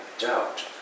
doubt